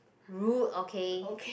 rude okay